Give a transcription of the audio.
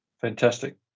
fantastic